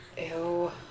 Ew